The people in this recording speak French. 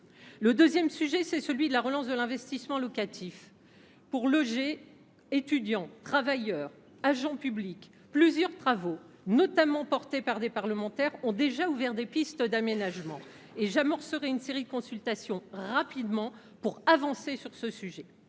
Le deuxième sujet est la relance de l’investissement locatif. Pour loger étudiants, travailleurs, agents publics, plusieurs travaux, dus notamment à des parlementaires, ont déjà ouvert des pistes d’aménagement et j’amorcerai rapidement une série de consultations pour avancer sur ce sujet.